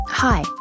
Hi